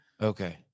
Okay